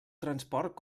transport